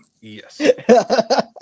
yes